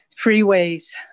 freeways